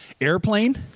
Airplane